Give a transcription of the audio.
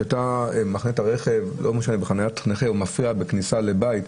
שאתה מחנה את הרכב בחניית נכה ומפריע לכניסה לבית,